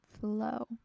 flow